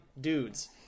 dudes